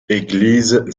église